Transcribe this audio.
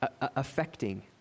affecting